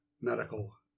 medical